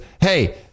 hey